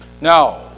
Now